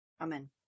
Amen